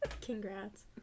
Congrats